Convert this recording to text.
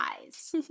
eyes